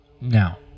Now